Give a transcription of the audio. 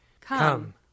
Come